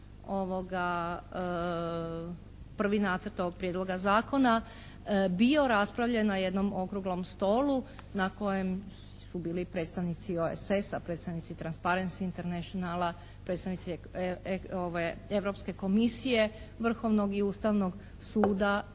prvi nacrt ovog zakona bio raspravljen na jednom Okruglom stolu na kojem su bili i predstavnici OESS-a, predstavnici Transperency Internationala, predstavnici Europske komisije, Vrhovnog i Ustavnog suda